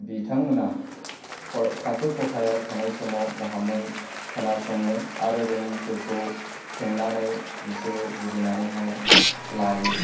बिथांमोना थाखो खथायाव थानाय समाव गाहामै खोनासङो आरो रोङिफोरखौ सोंनानै बिसोरो बुजिनानैहाय लायो